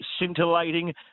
scintillating